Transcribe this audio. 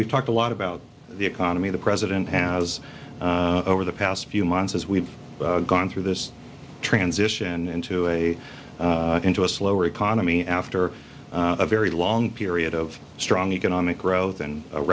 we've talked a lot about the economy the president has over the past few months as we've gone through this transition into a into a slower economy after a very long period of strong economic growth and a